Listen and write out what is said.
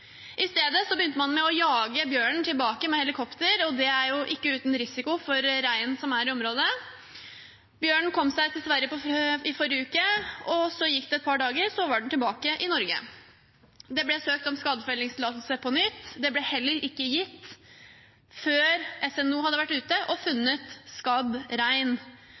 I stedet begynte man å jage bjørnen tilbake med helikopter, og det er jo ikke uten risiko for reinen som er i området. Bjørnen kom seg til Sverige i forrige uke, så gikk det et par dager, og så var den tilbake i Norge. Det ble søkt om skadefellingstillatelse på nytt. Det ble heller ikke gitt før SNO hadde vært ute og funnet skadd rein.